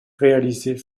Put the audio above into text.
réalisées